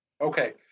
Okay